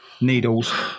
needles